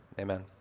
amen